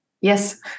Yes